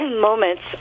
Moments